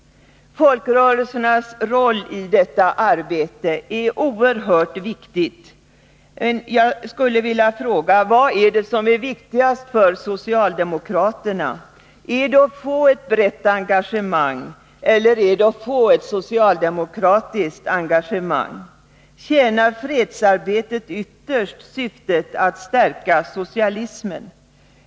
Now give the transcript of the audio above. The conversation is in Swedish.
Folkrörelsernas roll i detta arbete är oerhört viktig — men vad är viktigast för socialdemokraterna? Är det att få ett brett engagemang eller att få ett socialdemokratiskt engagemang? Tjänar fredsarbetet ytterst syftet att stärka socialismen?